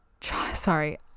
sorry